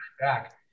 back